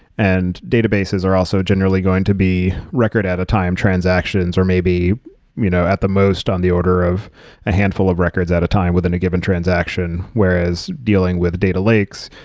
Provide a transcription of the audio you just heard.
and databases are also generally going to be record at a time transactions, or may be, you know at the most, on the order of a handful of records at a time within a given transaction. whereas dealing with data lakes,